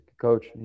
coach